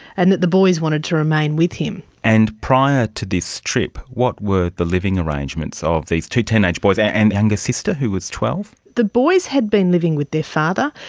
and that the boys wanted to remain with him. and prior to this trip, what were the living arrangements of these two teenage boys and their and and sister, who was twelve? the boys had been living with their father.